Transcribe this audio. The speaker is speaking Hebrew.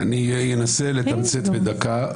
אני אנסה לתמצת בדקה.